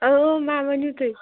ٲں ووٚن ؤنِو تُہۍ